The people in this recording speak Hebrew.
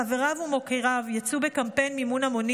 חבריו ומוקיריו יצאו בקמפיין מימון המונים